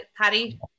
patty